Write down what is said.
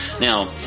Now